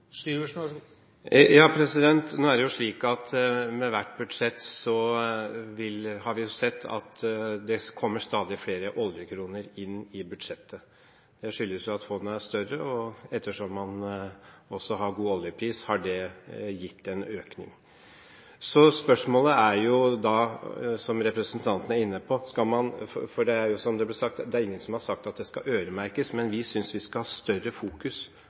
Syversen svar på dette spørsmålet? Nå er det jo slik at ved hvert budsjett har vi sett at det kommer stadig flere oljekroner inn i budsjettet. Det skyldes at fondet er større, og ettersom man også har god oljepris, har det gitt en økning. Spørsmålet er jo da det som representanten er inne på. Det er ingen som har sagt at dette skal øremerkes, men vi synes vi skal ha større fokus